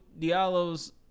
Diallo's